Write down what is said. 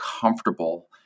comfortable